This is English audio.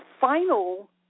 final